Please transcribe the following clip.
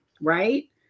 right